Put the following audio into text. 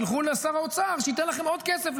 תלכו לשר האוצר שייתן לכם עוד כסף,